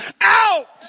out